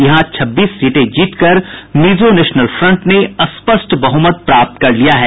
यहां छब्बीस सीटें जीतकर मिजो नेशनल फ्रंट ने स्पष्ट बहुमत प्राप्त कर लिया है